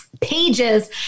pages